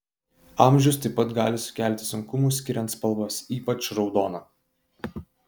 amžius taip pat gali sukelti sunkumų skiriant spalvas ypač raudoną